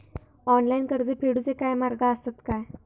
Online कर्ज फेडूचे काय मार्ग आसत काय?